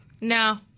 No